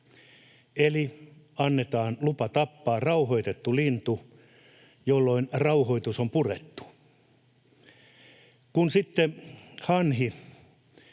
Eli annetaan lupa tappaa rahoitettu lintu, jolloin rauhoitus on purettu. Kun sitten hanhi